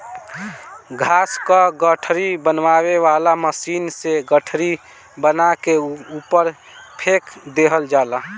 घास क गठरी बनावे वाला मशीन से गठरी बना के ऊपर फेंक देहल जाला